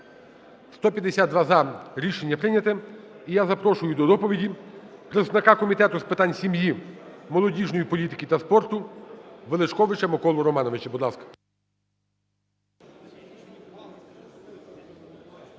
За-152 Рішення не прийнято. І я запрошую до доповіді представника Комітету з питань сім'ї, молодіжної політики та спорту Величковича Миколу Романовича.